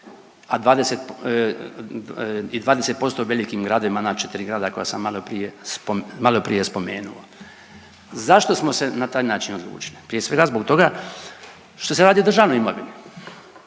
i 20% velikim gradovima ona četiri grada koja sam maloprije spomenuo. Zašto smo se na taj način odlučili? Prije svega zbog toga što se radi o državnoj imovini.